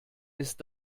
ist